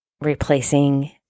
replacing